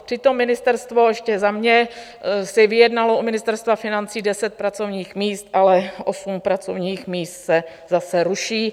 Přitom ministerstvo ještě za mě si vyjednalo u Ministerstva financí deset pracovních míst, ale osm pracovních míst se zase ruší.